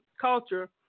culture